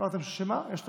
אמרתם רשימה, יש רשימה.